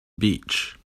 beach